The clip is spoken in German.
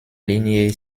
linie